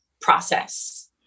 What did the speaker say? process